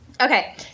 Okay